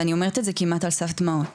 ואני אומרת את זה כמעט על סף דמעות,